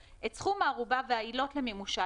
את סכום הערובה והעילות למימושה,